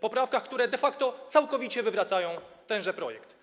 poprawkach, które de facto całkowicie wywracają tenże projekt.